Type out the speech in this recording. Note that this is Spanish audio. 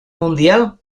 mundial